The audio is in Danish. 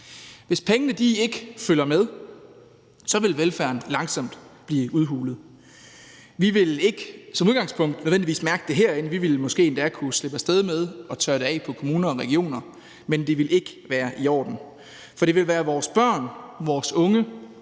Hvis pengene ikke følger med, vil velfærden langsomt blive udhulet. Vi vil ikke som udgangspunkt nødvendigvis mærke det herinde – vi ville måske endda kunne slippe af sted med at tørre det af på kommuner og regioner – men det ville ikke være i orden. For det vil være vores børn, vores unge,